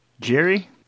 jerry